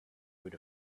would